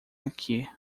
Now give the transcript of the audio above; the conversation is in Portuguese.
aqui